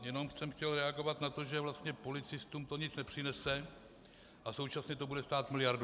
A jenom jsem chtěl reagovat na to, že vlastně policistům to nic nepřinese a současně to bude stát miliardu.